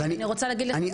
אני רק אומר,